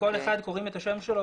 קוראים את השמות,